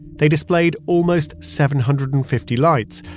they displayed almost seven hundred and fifty lights,